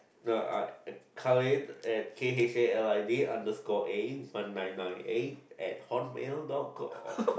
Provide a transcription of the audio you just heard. no I I Khalid at K H A L I D underscore A one nine nine eight at hotmail dot com